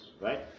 Right